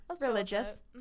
religious